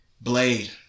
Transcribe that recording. Blade